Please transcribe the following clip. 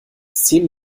zehn